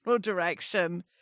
direction